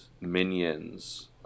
minions